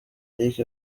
eric